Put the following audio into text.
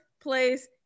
place